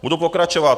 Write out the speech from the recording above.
Budu pokračovat.